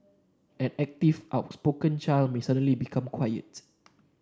an active outspoken child may suddenly become quiet